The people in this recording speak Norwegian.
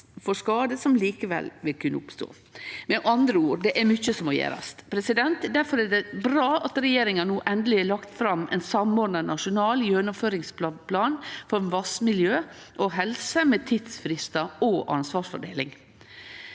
for skade som likevel vil kunne oppstå. Med andre ord: Det er mykje som må gjerast. Difor er det bra at regjeringa no endeleg har lagt fram ein samordna nasjonal gjennomføringsplan for vassmiljø og helse, med tidsfristar og ansvarsfordeling.